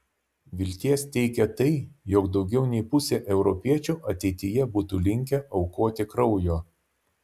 vilties teikia tai jog daugiau nei pusė europiečių ateityje būtų linkę aukoti kraujo